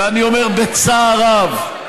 ואני אומר בצער רב: